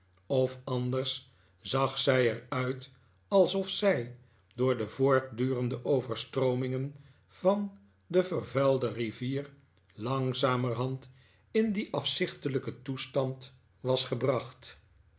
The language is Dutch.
of anders zag zij er uit alsof zij door de voortdurende overstroomingen van de vervuilde rivier langzamerhand in dien afzichtelijken toestand was gebracht